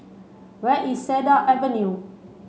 where is Cedar Avenue